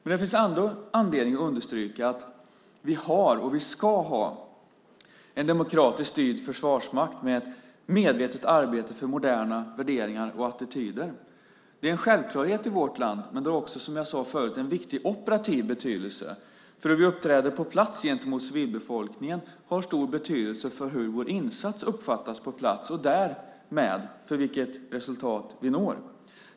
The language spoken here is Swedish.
Det finns ändå anledning att understryka att vi har, och vi ska ha, en demokratiskt styrd försvarsmakt med medvetet arbete för moderna värderingar och attityder. Det är en självklarhet i vårt land, men som jag sade förut har det en viktig operativ betydelse. Hur vi uppträder på plats gentemot civilbefolkningen har stor betydelse för hur vår insats uppfattas på plats och därmed för vilket resultat vi når.